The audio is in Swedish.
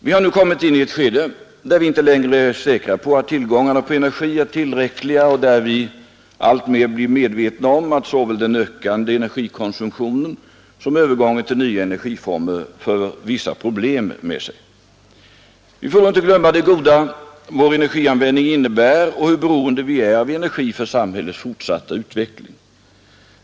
Vi har nu kommit in i ett skede där vi inte längre är säkra på att tillgångarna på energi är tillräckliga och där vi alltmer blir medvetna om att såväl den ökande energikonsumtionen som övergången till nya energiformer för vissa problem med sig. Vi får då inte glömma det goda vår energianvändning innebär och hur beroende vi är av energi för samhällets fortsatta utveckling.